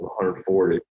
140